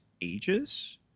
ages